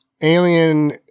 alien